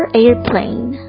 airplane